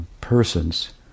persons